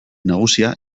nagusia